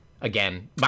again